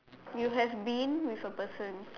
you have been with a person